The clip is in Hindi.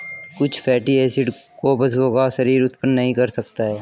कुछ फैटी एसिड को पशुओं का शरीर उत्पन्न नहीं कर सकता है